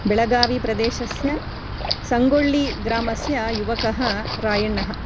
बेळगाविप्रदेशस्य सङ्गोळ्ळिग्रामस्य युवकः रायण्णः